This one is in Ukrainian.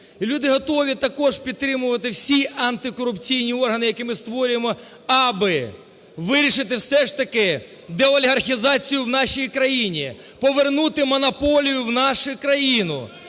люди готові також підтримувати всі антикорупційні органи, які ми створюємо, аби вирішити все ж таки деолігархізацію в нашій країні, повернути монополію в нашу країну,